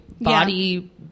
body